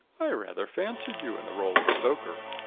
i rather fancied you in the role of stoker.